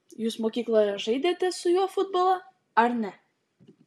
jūs mokykloje žaidėte su juo futbolą ar ne